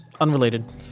unrelated